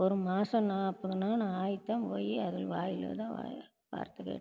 ஒரு மாசம் நாற்பது நாள் ஆகித்தான் போய் அதுவும் வாயில் தான் வாயை வார்த்தை கேட்டு